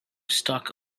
stuck